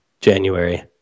January